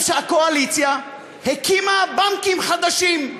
הקואליציה הקימה בנקים חדשים.